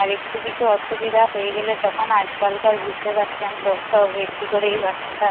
আর একটু কিছু অসুবিধা হয়ে গেলে তখন আজকালকার বুঝতে পারছেন তো সব একটি করেই বাচ্ছা